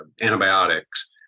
antibiotics